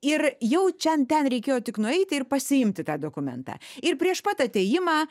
ir jau čen ten reikėjo tik nueiti ir pasiimti tą dokumentą ir prieš pat atėjimą